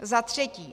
Za třetí.